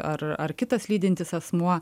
ar ar kitas lydintis asmuo